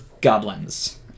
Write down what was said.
goblins